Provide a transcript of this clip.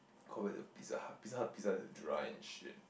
compared to Pizza-Hut Pizza-Hut pizza is a dry and shit